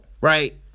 Right